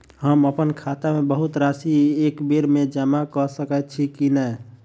हम अप्पन खाता मे बहुत राशि एकबेर मे जमा कऽ सकैत छी की नै?